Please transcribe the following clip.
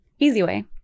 EasyWay